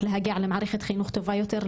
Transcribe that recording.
להגיע למערכת חינוך טובה יותר,